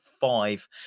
five